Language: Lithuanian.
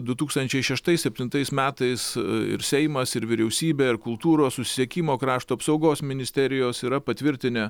du tūkstančiai šeštais septintais metais ir seimas ir vyriausybė ir kultūros susisiekimo krašto apsaugos ministerijos yra patvirtinę